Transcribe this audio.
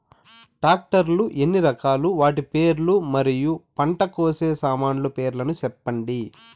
Tractor లు ఎన్ని రకాలు? వాటి పేర్లు మరియు పంట కోసే సామాన్లు పేర్లను సెప్పండి?